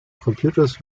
computers